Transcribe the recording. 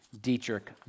Dietrich